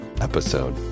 episode